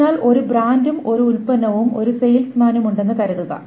അതിനാൽ ഒരു ബ്രാൻഡും ഒരു ഉൽപ്പന്നവും ഒരു സെയിൽസ്മാനും ഉണ്ടെന്ന് കരുതുക